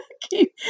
Keep